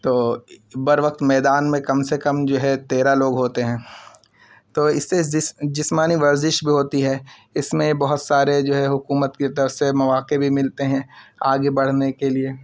تو بر وقت میدان میں کم سے کم جو ہے تیرہ لوگ ہوتے ہیں تو اس سے جسمانی ورزش بھی ہوتی ہے اس میں بہت سارے جو ہے حکومت کی طرف سے مواقع بھی ملتے ہیں آگے بڑھنے کے لیے